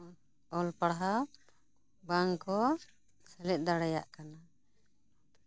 ᱚᱞ ᱯᱟᱲᱦᱟᱣ ᱵᱟᱝ ᱠᱚ ᱥᱮᱞᱮᱫ ᱫᱟᱲᱮᱭᱟᱜ ᱠᱟᱱᱟ